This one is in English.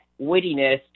wittiness